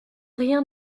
rien